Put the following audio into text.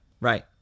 Right